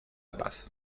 paz